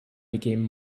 became